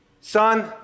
son